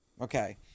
Okay